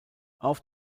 auf